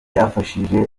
byafashije